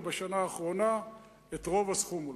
ובשנה האחרונה את רוב הסכום אולי,